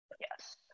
Yes